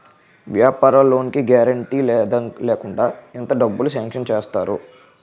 వ్యాపార లోన్ కి గారంటే లేకుండా ఎంత డబ్బులు సాంక్షన్ చేస్తారు?